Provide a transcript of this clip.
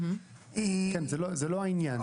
זה לא העניין.